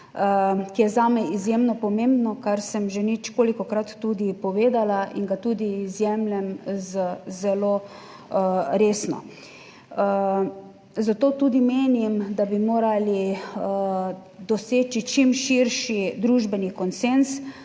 ki je zame izjemno pomembno, kar sem že ničkolikokrat tudi povedala in ga tudi jemljem zelo resno, zato tudi menim, da bi morali doseči čim širši družbeni konsenz